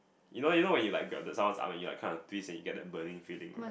you know even when like you grab the someone's arm you like kind of twist you get that burning feeling